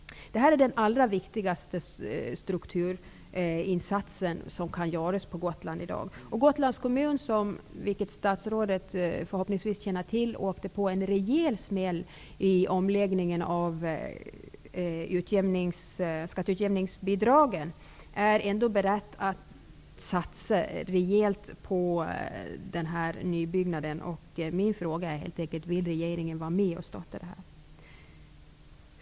Detta är den allra viktigaste strukturinsatsen som kan göras på Trots att Gotlands kommun åkte på en rejäl ''smäll'' i omläggningen av skatteutjämningsbidragen, som statsrådet förhoppningsvis känner till, är man beredd att rejält satsa på den här nybyggnaden. Vill regeringen vara med och starta den?